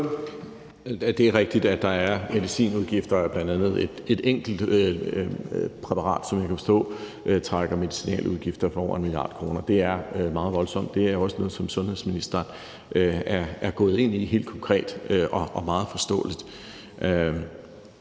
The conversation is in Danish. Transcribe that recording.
(S): Det er rigtigt, at der er medicinudgifter, bl.a. til et enkelt præparat, som jeg kan forstå trækker medicinaludgifter for over 1 mia. kr. Det er meget voldsomt. Det er også noget, som sundhedsministeren helt konkret og meget forståeligt